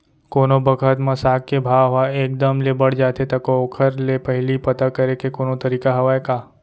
कोनो बखत म साग के भाव ह एक दम ले बढ़ जाथे त ओखर ले पहिली पता करे के कोनो तरीका हवय का?